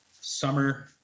summer